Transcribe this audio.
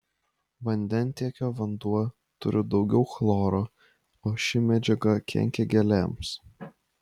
vandentiekio vanduo turi daugiau chloro o ši medžiaga kenkia gėlėms